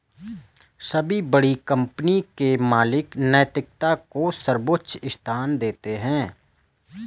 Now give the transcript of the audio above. सभी बड़ी कंपनी के मालिक नैतिकता को सर्वोच्च स्थान देते हैं